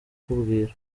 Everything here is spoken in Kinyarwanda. kukubwira